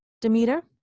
demeter